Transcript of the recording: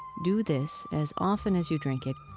do this, as often as you drink it,